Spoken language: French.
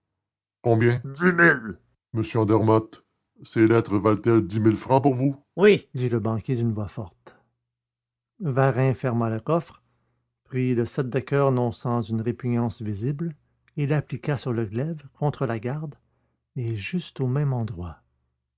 combien dix mille monsieur andermatt ces lettres valent elles dix mille francs pour vous oui fit le banquier d'une voix forte varin ferma le coffre prit le sept de coeur non sans une répugnance visible et l'appliqua sur le glaive contre la garde et juste au même endroit